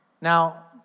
Now